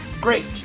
great